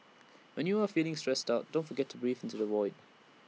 when you are feeling stressed out don't forget to breathe into the void